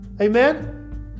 Amen